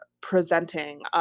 presenting –